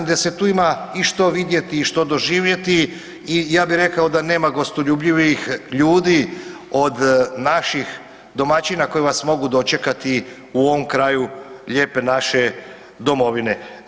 I da se tu ima i što vidjeti i što doživjeti i ja bi rekao da nema gostoljubljivijih ljudi od naših domaćina koji vs mogu dočekati u ovom kraju lijepe naše domovine.